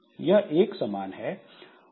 यह एक समान है और इसे साझा किया गया है